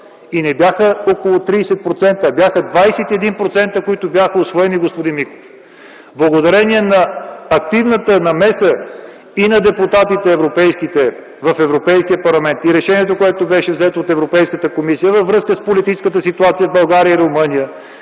и не бяха около 30%, а бяха 21%, които бяха усвоени, господин Миков. Благодарение на активната намеса и на депутати в Европейския парламент, и решението, което беше взето от Европейската комисия във връзка с политическата ситуация в България и Румъния,